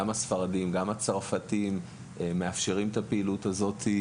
גם הספרדים וגם הצרפתים מאפשרים את הפעילות הזאת.